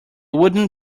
wooden